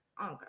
Okay